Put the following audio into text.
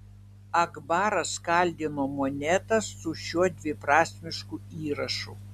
akbaras kaldino monetas su šiuo dviprasmišku įrašu